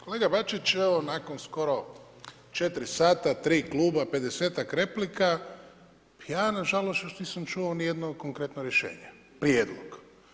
Kolega Bačić, evo, nakon skoro 4 sata, 3 kluba, 50-ak replika, ja na žalost, još nisam čuo niti jedno konkretno rješenje, prijedlog.